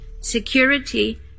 security